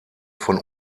von